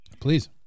please